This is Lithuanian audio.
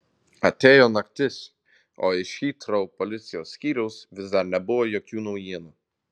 atėjo naktis o iš hitrou policijos skyriaus vis dar nebuvo jokių naujienų